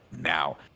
now